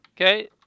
Okay